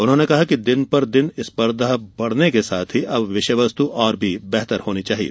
उन्होंने कहा कि दिन पर दिन स्पर्धा बढ़ने के साथ अब विषयवस्तु और भी बेहतर होनी चाहिए